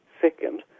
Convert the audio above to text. second